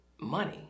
money